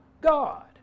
God